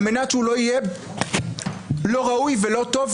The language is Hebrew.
על מנת שהוא לא יהיה לא ראוי ולא טוב,